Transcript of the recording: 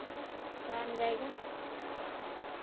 ᱫᱟᱬᱟᱱ ᱡᱟᱭᱜᱟ